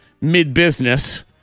mid-business